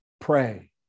pray